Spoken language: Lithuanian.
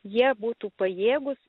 jie būtų pajėgūs